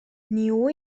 niue